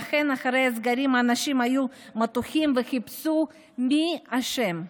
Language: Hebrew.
ואכן אחרי הסגרים אנשים היו מתוחים וחיפשו את האשם,